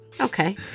Okay